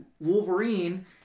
Wolverine